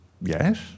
Yes